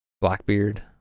Blackbeard